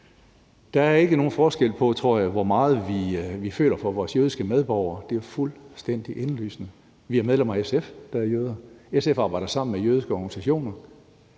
Der er ikke nogen forskel på, tror jeg, hvor meget vi føler for vores jødiske medborgere. Det er jo fuldstændig indlysende. Vi har medlemmer af SF, der er jøder. SF arbejder sammen med jødiske organisationer.